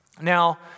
Now